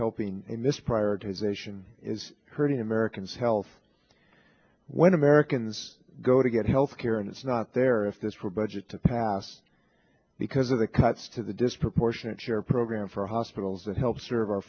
helping in this prior to his asian is hurting americans health when americans go to get health care and it's not there if this were budget to pass because of the cuts to the disproportionate share program for hospitals that help serve